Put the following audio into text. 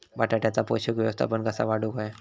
बटाट्याचा पोषक व्यवस्थापन कसा वाढवुक होया?